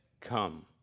Come